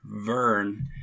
Vern